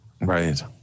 Right